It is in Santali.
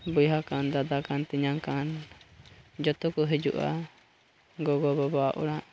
ᱵᱚᱭᱦᱟ ᱠᱟᱱ ᱫᱟᱫᱟ ᱠᱟᱱ ᱛᱮᱧᱟᱝ ᱠᱟᱱ ᱡᱚᱛᱚ ᱠᱚ ᱦᱤᱡᱩᱜᱼᱟ ᱜᱚᱜᱚᱼᱵᱟᱵᱟ ᱚᱲᱟᱜ